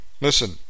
Listen